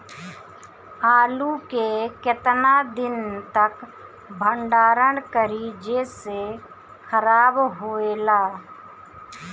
आलू के केतना दिन तक भंडारण करी जेसे खराब होएला?